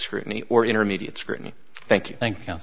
scrutiny or intermediate scrutiny thank you thank you